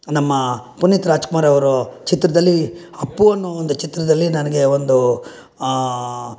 ನಮ್ಮ ಪುನೀತ್ ರಾಜ್ಕುಮಾರ್ ಅವರು ಚಿತ್ರದಲ್ಲಿ ಅಪ್ಪು ಅನ್ನೋ ಒಂದು ಚಿತ್ರದಲ್ಲಿ ನನಗೆ ಒಂದು